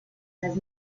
las